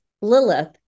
Lilith